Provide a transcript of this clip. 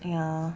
ya